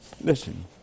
Listen